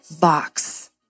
box